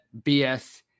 BS